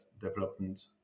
development